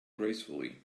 gracefully